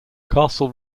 castle